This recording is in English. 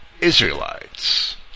Israelites